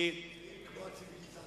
נראים כמו הציוויליזציה.